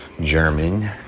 German